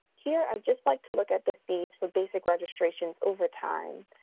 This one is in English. here i'd just like to look at the fees for basic registration over time.